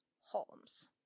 Holmes